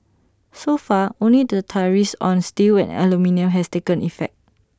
so far only the tariffs on steel and aluminium has taken effect